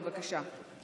בבקשה.